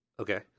Okay